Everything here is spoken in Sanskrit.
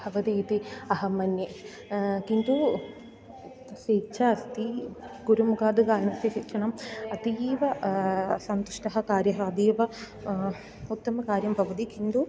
भवति इति अहं मन्ये किन्तु तस्य इच्छा अस्ति गुरुमुखाद् गानस्य शिक्षणम् अतीव सन्तुष्टः कार्यः अतीव उत्तमकार्यं भवति किन्तु